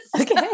Okay